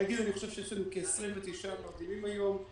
אני חושב שיש לנו כ-29 מרדימים היום.